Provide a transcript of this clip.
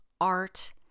art